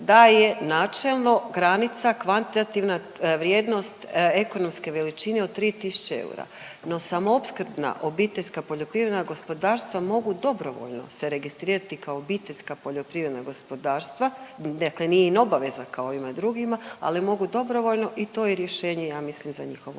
da je načelno granica kvantitativna vrijednost ekonomske veličine od 3000 eura, no samo opskrbna obiteljska poljoprivredna gospodarstva mogu dobrovoljno se registrirati kao obiteljska poljoprivredna gospodarstva, dakle nije im obaveza kao ovima drugima, ali mogu dobrovoljno i to je rješenje ja mislim za njihovu